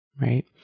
Right